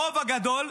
הרוב הגדול,